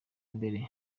mbere